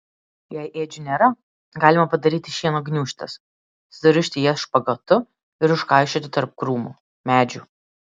jei ėdžių nėra galima padaryti šieno gniūžtes surišti jas špagatu ir užkaišioti tarp krūmų medžių